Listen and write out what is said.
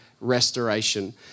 restoration